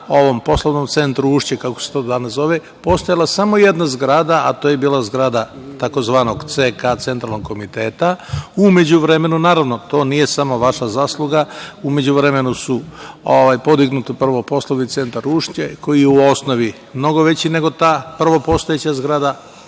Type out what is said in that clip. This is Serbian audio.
ovom poslovnom centru „Ušće“, kako se danas zove, postojala samo jedna zgrada, a to je bila zgrada tzv. CK – Centralnog komiteta, u međuvremenu naravno, to nije samo vaša zasluga, u međuvremenu su podignuti prvo poslovni centar „Ušće“, koji je u osnovi mnogo veći nego ta prvo postojeća zgrada